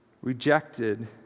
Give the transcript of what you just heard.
rejected